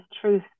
truth